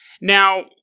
now